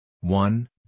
one